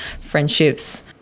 friendships